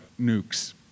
nukes